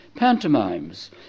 pantomimes